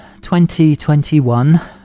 2021